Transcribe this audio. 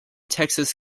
texas